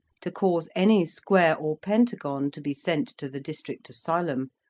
to cause any square or pentagon to be sent to the district asylum,